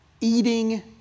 eating